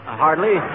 hardly